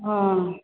हँ